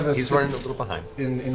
he's running a little behind.